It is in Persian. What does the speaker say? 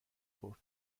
خورد